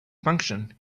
function